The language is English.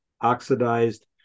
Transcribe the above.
oxidized